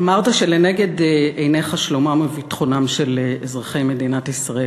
אמרת שלנגד עיניך שלומם וביטחונם של אזרחי מדינת ישראל.